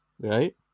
right